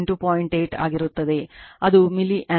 8 ಆಗಿರುತ್ತದೆ ಅದು milli ampere 180